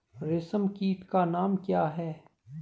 रेशम कीट का नाम क्या है?